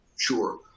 Sure